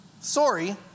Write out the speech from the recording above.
sorry